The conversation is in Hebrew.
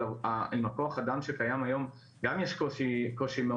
אבל עם כוח האדם שקיים היום גם יש קושי מאוד